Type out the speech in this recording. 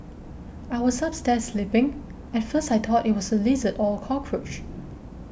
I was upstairs sleeping at first I thought it was a lizard or a cockroach